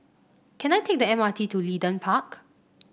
can I take the M R T to Leedon Park